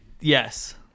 yes